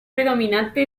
predominante